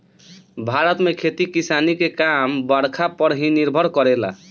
भारत में खेती किसानी के काम बरखा पर ही निर्भर करेला